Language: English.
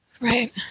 Right